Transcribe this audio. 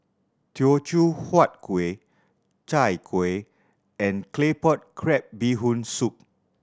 Teochew Huat Kuih Chai Kueh and Claypot Crab Bee Hoon Soup